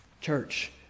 Church